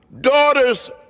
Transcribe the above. daughters